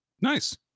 Nice